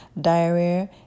diarrhea